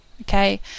okay